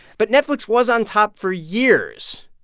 but netflix was on top for years,